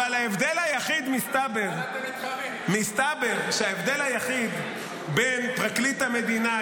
מסתבר שההבדל היחיד בין פרקליט המדינה,